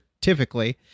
Typically